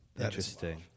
Interesting